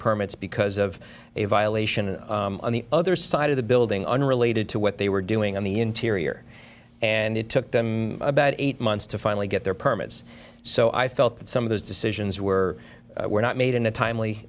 permits because of a violation on the other side of the building unrelated to what they were doing on the interior and it took them about eight months to finally get their permits so i felt that some of those decisions were were not made in a timely